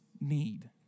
need